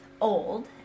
old